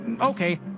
Okay